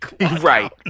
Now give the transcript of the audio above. Right